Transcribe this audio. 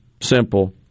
simple